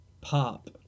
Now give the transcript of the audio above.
Pop